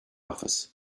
office